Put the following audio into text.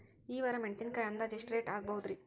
ಈ ವಾರ ಮೆಣಸಿನಕಾಯಿ ಅಂದಾಜ್ ಎಷ್ಟ ರೇಟ್ ಆಗಬಹುದ್ರೇ?